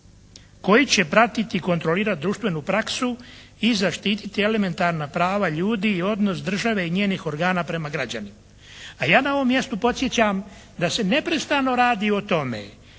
koji će pratiti i kontrolirati društvenu praksu i zaštiti elementarna prava ljudi i odnos države i njenih organa prema građanima? A ja na ovom mjestu podsjećam da se neprestano radi o tome